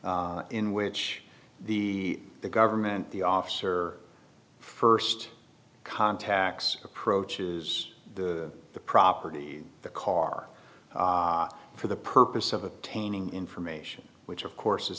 applied in which the the government the officer first contacts approaches the the property the car for the purpose of obtaining information which of course is